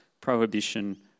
prohibition